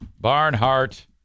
Barnhart